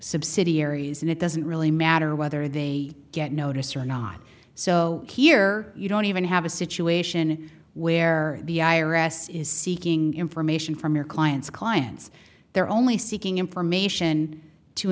subsidiaries and it doesn't really matter whether they get notice or not so key here you don't even have a situation where the i r s is seeking information from your client's clients they're only seeking information to